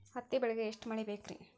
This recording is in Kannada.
ಹತ್ತಿ ಬೆಳಿಗ ಎಷ್ಟ ಮಳಿ ಬೇಕ್ ರಿ?